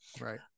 Right